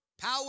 power